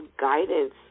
guidance